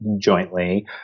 jointly